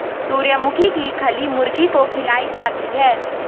सूर्यमुखी की खली मुर्गी को खिलाई जाती है